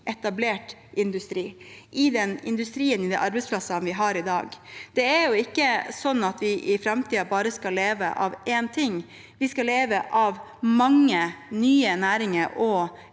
etablert industri – i den industrien og på de arbeidsplassene vi har i dag. Det er ikke sånn at vi i framtiden bare skal leve av én ting. Vi skal leve av